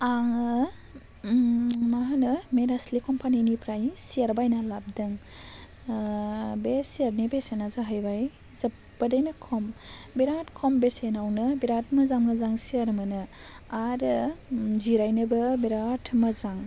आङो मा होनो मेरास्लि कम्पानिनिफ्राय सियार बायनानै लाबोदों बे सियारनि बेसेना जाहैबाय जोबोरैनो खम बिराद खम बेसेनावनो बिराद मोजां मोजां सियार मोनो आरो जिरायनोबो बिराद मोजां